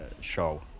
show